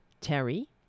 Terry